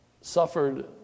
suffered